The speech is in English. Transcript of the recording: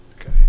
Okay